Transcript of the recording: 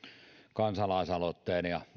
kansalaisaloitteen allekirjoittaneita ja